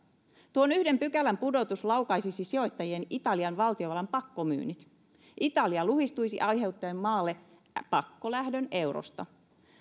tuon yhden pykälän pudotus laukaisisi sijoittajien italian valtionvelan pakkomyynnit italia luhistuisi aiheuttaen maalle pakkolähdön eurosta